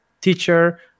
teacher